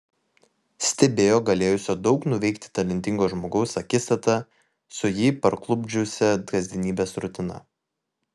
stebėjo galėjusio daug nuveikti talentingo žmogaus akistatą su jį parklupdžiusia kasdienybės rutina